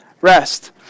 Rest